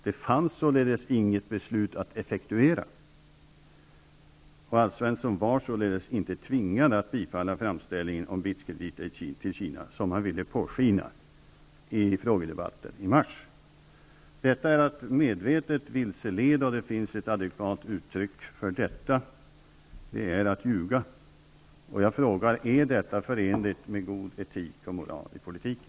Det fanns således inget beslut att effektuera, och Alf Svensson var inte tvingad att bifalla framställningen om BITS-krediten till Kina, som han ville påskina i frågedebatten i mars. Detta är att medvetet vilseleda, och det finns ett adekvat uttryck för detta: att ljuga. Jag frågar: Är detta förenligt med god etik och moral i politiken?